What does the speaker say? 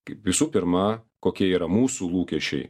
kaip visų pirma kokie yra mūsų lūkesčiai